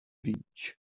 beach